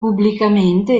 pubblicamente